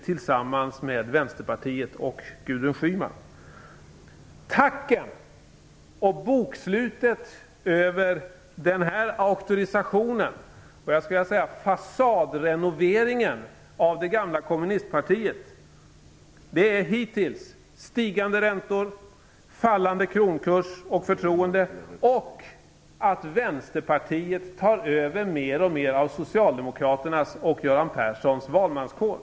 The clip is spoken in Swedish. Tacken för och bokslutet över denna auktorisation och fasadrenovering av det gamla kommunistpartiet är hittills stigande räntor, fallande kronkurs och förtroende och att Vänsterpartiet tar över mer och mer av Socialdemokraternas och Göran Perssons valmanskår.